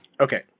Okay